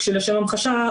כשלשם המחשה,